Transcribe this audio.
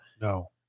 No